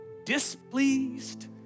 displeased